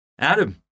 Adam